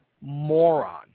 moron